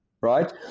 right